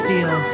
Feel